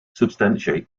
substantiate